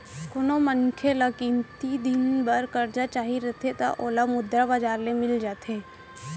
कोनो मनखे ल कमती दिन बर करजा चाही रहिथे त ओला मुद्रा बजार ले मिल जाथे